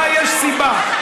לה יש סיבה.